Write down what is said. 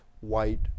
white